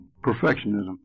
perfectionism